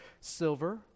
silver